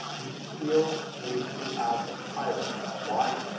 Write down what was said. you still need to add subtitles why?